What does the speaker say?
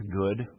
good